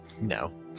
No